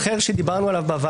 זאת בושה, זאת בושה וחרפה.